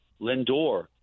Lindor